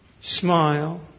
smile